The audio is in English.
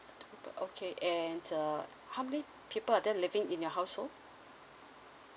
two but okay and uh how many people are there living in your household